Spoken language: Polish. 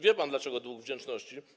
Wie pan dlaczego dług wdzięczności?